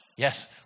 Yes